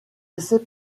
essais